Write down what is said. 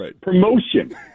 Promotion